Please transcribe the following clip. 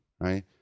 right